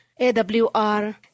AWR